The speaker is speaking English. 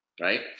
right